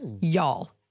y'all